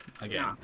again